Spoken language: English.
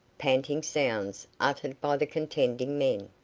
panting sounds uttered by the contending men.